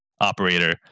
operator